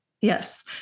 Yes